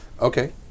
Okay